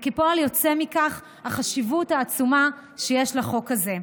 וכפועל יוצא מכך החשיבות העצומה שיש לחוק הזה.